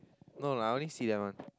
no lah I only see that one